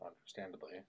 Understandably